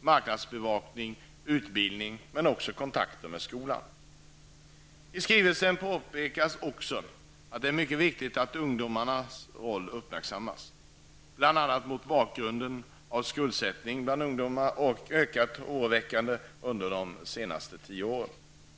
marknadsbevakning och utbildning men också kontakter med skolan. I skrivelsen påpekas också att det är mycket viktigt att ungdomarnas roll uppmärksammas, bl.a. mot bakgrund av att skuldsättningen bland ungdomar har ökat oroväckande under de senaste tio åren.